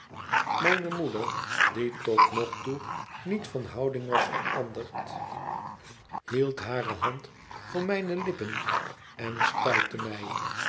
mijne moeder die tot nog toe niet van houding was veranderd hield hare hand voor mijne lippen en stuitte mij